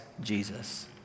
Jesus